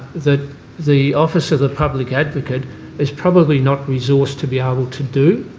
that the office of the public advocate is probably not resourced to be able to do.